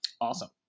Awesome